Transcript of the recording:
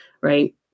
right